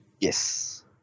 Yes